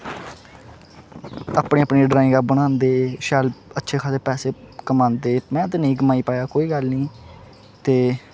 अपनी अपनी ड्रांइगा बनांदे शैल अच्छे खासे पैसे कमांदे में ते नेईं कमाई पाया कोई गल्ल नेईं ते